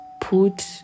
put